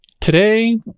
today